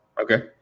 Okay